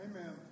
Amen